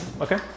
Okay